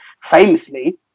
famously